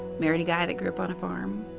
married a guy that grew up on a farm,